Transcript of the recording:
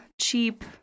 cheap